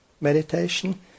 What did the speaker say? meditation